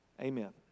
Amen